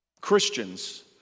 Christians